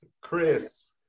chris